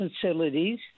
facilities